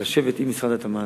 לשבת עם משרד התמ"ת,